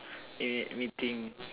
eh wait meeting